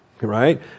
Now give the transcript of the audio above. Right